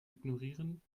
ignorieren